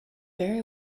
very